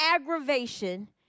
aggravation